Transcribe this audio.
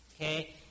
Okay